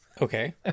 okay